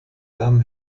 namen